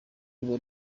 ruba